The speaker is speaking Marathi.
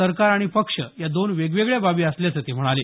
सरकार आणि पक्ष या दोन वेगवेगळ्या बाबी असल्याचं ते म्हणाले